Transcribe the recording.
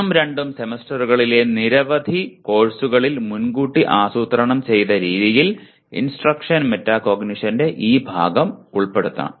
ഒന്നും രണ്ടും സെമസ്റ്ററുകളിലെ നിരവധി കോഴ്സുകളിൽ മുൻകൂട്ടി ആസൂത്രണം ചെയ്ത രീതിയിൽ ഇൻസ്ട്രക്ഷൻ മെറ്റാകോഗ്നിഷന്റെ ഈ ഭാഗം ഉൾപ്പെടുത്തണം